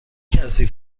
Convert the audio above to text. کسی